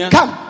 Come